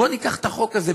בוא ניקח את החוק הזה,